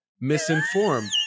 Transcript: misinformed